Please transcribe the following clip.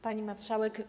Pani Marszałek!